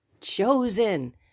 chosen